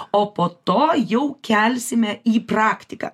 o po to jau kelsime į praktiką